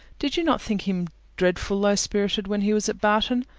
did you not think him dreadful low-spirited when he was at barton?